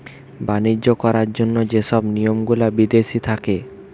বাণিজ্য করার জন্য যে সব নিয়ম গুলা বিদেশি থাকে